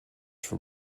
for